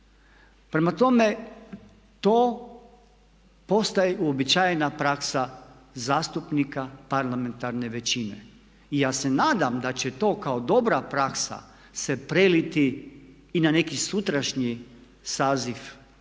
Prema tome, to postaje uobičajena praksa zastupnika parlamentarne većine. I ja se nadam da će to kao dobra praksa se preliti i na neki sutrašnji saziv Hrvatskog